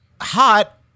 hot